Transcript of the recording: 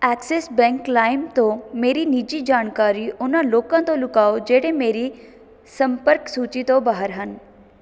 Axis Bank Lime ਤੋਂ ਮੇਰੀ ਨਿੱਜੀ ਜਾਣਕਾਰੀ ਉਹਨਾਂ ਲੋਕਾਂ ਤੋਂ ਲੁਕਾਓ ਜਿਹੜੇ ਮੇਰੀ ਸੰਪਰਕ ਸੂਚੀ ਤੋਂ ਬਾਹਰ ਹਨ